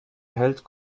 erhält